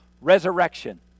resurrection